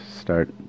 start